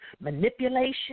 manipulation